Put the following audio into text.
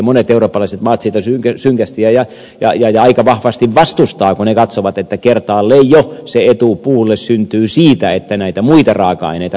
monet eurooppalaiset maat sitä synkästi ja aika vahvasti vastustavat kun ne katsovat että se etu syntyy puulle jo kertaalleen siitä että näitä muita raaka aineita rasitetaan